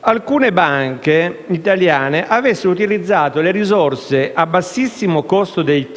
alcune banche italiane avessero utilizzato le risorse a bassissimo costo del